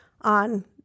on